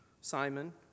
Simon